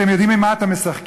אתם יודעים עם מה אתם משחקים?